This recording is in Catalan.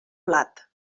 blat